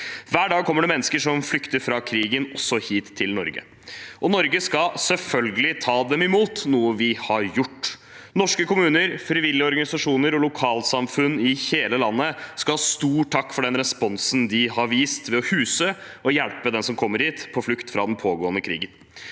(videreføring mv.) det mennesker som flykter fra krigen, også hit til Norge. Norge skal selvfølgelig ta dem imot, noe vi har gjort. Norske kommuner, frivillige organisasjoner og lokalsamfunn i hele landet skal ha stor takk for den responsen de har vist ved å huse og hjelpe dem som kommer hit på flukt fra den pågående krigen.